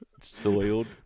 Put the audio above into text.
soiled